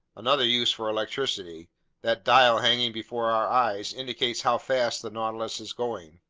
another use for electricity that dial hanging before our eyes indicates how fast the nautilus is going.